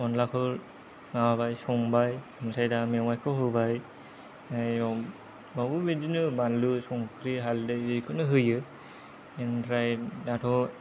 अनलाखौ माबाबाय संबाय ओमफ्राय मेवाइखौ होबाय बेयावबो बिदिनो बानलु संख्रि हालदै बेखौनो होयो बिनिफ्राय दाथ'